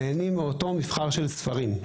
נהנים מאותו מבחר של ספרים.